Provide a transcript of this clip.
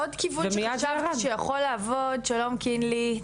עוד כיוון שחשבתי שיכול לעבוד שלום קינלי,